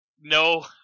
no